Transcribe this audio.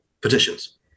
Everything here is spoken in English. petitions